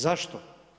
Zašto?